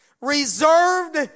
reserved